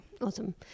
Awesome